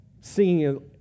singing